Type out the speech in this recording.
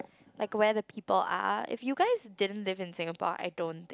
like where the people are if you guys didn't live in Singapore I don't